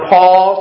Paul